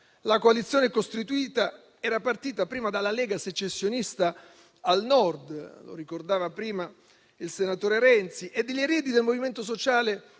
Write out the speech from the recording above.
La coalizione costituita era partita prima dalla Lega secessionista al Nord - lo ricordava prima il senatore Renzi - e dagli eredi del Movimento sociale